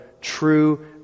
true